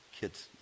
kids